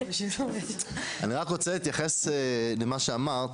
אני רק רוצה להתייחס למה שאמרת.